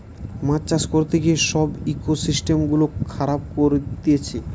মাছ চাষ করতে গিয়ে সব ইকোসিস্টেম গুলা খারাব করতিছে